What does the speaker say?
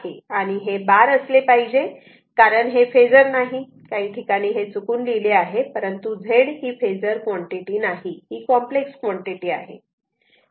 आणि हे बार असले पाहिजे कारण हे फेजर नाही काही ठिकाणी हे चुकून लिहिले आहे परंतु Z ही फेजर क्वांटिटी नाही ही कॉम्प्लेक्स क्वांटिटी आहे